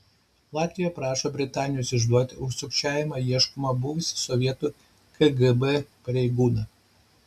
latvija prašo britanijos išduoti už sukčiavimą ieškomą buvusį sovietų kgb pareigūną